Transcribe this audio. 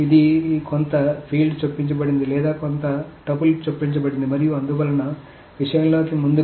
ఈ కొంత ఫీల్డ్ చొప్పించబడింది లేదా కొంత టపుల్ చొప్పించబడింది మరియు అందువలన విషయం లోకి ముందుకు